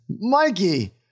Mikey